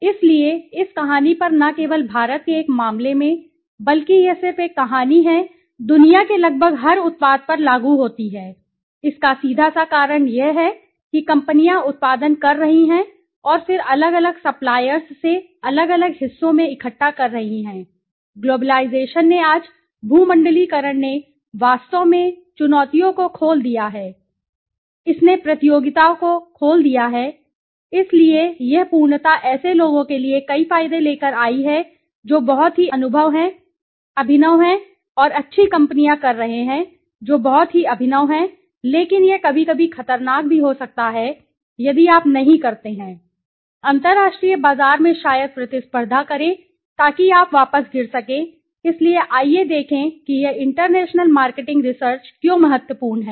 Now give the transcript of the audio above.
इसलिए इस कहानी पर न केवल भारत के एक मामले में बल्कि यह सिर्फ एक कहानी है जो दुनिया के लगभग हर उत्पाद पर लागू होती है इसका सीधा सा कारण यह है कि कंपनियां उत्पादन कर रही हैं और फिर अलग अलग सप्लायर्स से अलग अलग हिस्सों में इकट्ठा कर रही हैं ग्लोबलाइज़ेशन ने आज भूमंडलीकरण ने वास्तव में चुनौतियों को खोल दिया है इसने प्रतियोगिता को खोल दिया है इसलिए यह पूर्णता ऐसे लोगों के लिए कई फायदे लेकर आई है जो बहुत ही अभिनव हैं और अच्छी कंपनियां कर रहे हैं जो बहुत ही अभिनव हैं लेकिन यह कभी कभी खतरनाक भी हो सकता है यदि आप नहीं करते हैं अंतरराष्ट्रीय बाजार में शायद प्रतिस्पर्धा करें ताकि आप वापस गिर सकें इसलिए आइए देखें कि यह इंटरनेशनल मार्केटिंग रिसर्च क्यों महत्वपूर्ण है